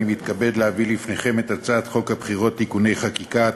אני מתכבד להביא בפניכם את הצעת חוק הבחירות (תיקוני חקיקה),